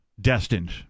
destined